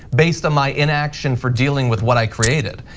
based on my inaction for dealing with what i created,